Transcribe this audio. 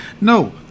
no